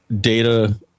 data